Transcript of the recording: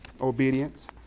obedience